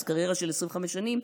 קריירה של 25 שנים,